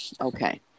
Okay